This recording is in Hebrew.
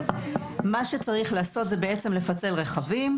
מה שצריך לעשות זה בעצם לפצל רכבים,